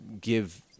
give